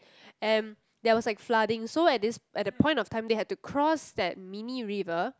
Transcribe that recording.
and there was like flooding so at this at the point of time they had to cross that mini river